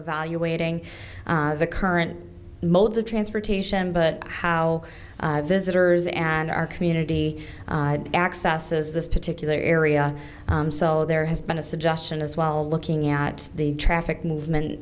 a valuating the current modes of transportation but how visitors and our community accesses this particular area so there has been a suggestion as well looking at the traffic movement